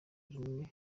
rumwe